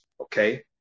okay